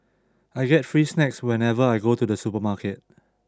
I get free snacks whenever I go to the supermarket